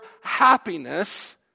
happiness